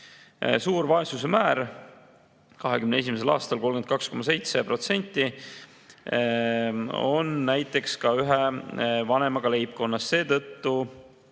Suur vaesuse määr – 2021. aastal 32,7% – on näiteks ka ühe vanemaga leibkondades. Seetõttu